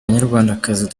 banyarwandakazi